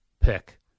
pick